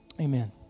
Amen